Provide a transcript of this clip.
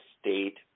state